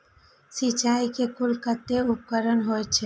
सिंचाई के कुल कतेक उपकरण होई छै?